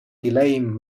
delaying